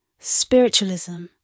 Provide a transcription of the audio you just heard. Spiritualism